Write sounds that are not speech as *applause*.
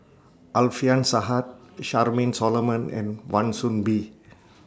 Alfian *unintelligible* Charmaine Solomon and Wan Soon Bee